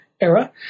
era